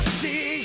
see